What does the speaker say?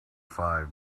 five